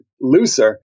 looser